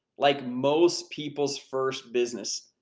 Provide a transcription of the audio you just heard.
like most people's first business,